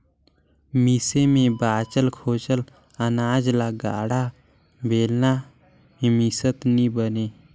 मिसई मे बाचल खोचल अनाज ल गाड़ा, बेलना मे मिसत नी बने